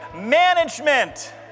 management